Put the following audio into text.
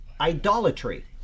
idolatry